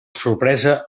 sorpresa